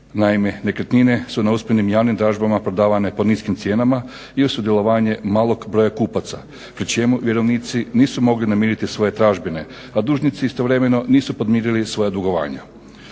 Naime, nekretnine su na usporednim javnim dražbama prodavane po niskim cijenama i uz sudjelovanje malog broja kupaca pri čemu vjerovnici nisu mogli namiriti svoje tražbine, a dužnici istovremeno nisu podmirili svoja dugovanja.